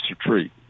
treat